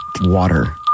water